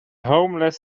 homeless